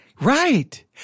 Right